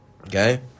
Okay